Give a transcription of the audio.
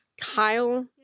Kyle